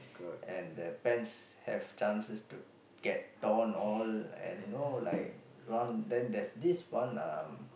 and the pants have chances to get torn all and you know like run then this one um